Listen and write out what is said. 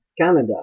Canada